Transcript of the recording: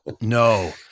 No